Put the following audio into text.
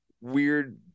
weird